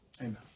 Amen